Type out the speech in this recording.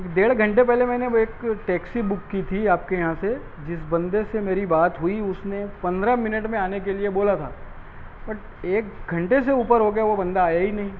ڈیڑھ گھنٹے پہلے میں نے ایک ٹیکسی بک کی تھی آپ کے یھاں سے جس بندے سے میری بات ہوئی اس نے پندرہ منٹ میں آنے کے لیے بولا تھا بٹ ایک گھنٹے سے اوپر ہو گیا وہ بندہ آیا ہی نہیں